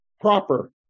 proper